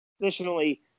Additionally